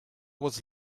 was